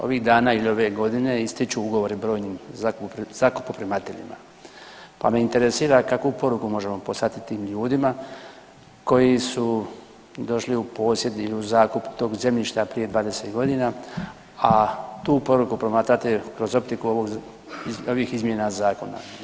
Ovih dana ili ove godine ističu ugovori brojnim zakupoprimateljima, pa me interesira kakvu poruku možemo poslati tim ljudima koji su došli u posjed ili u zakup tog zemljišta prije 20 godina, a tu poruku promatrati kroz optiku ovih izmjena zakona.